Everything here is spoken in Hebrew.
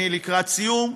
אני לקראת סיום,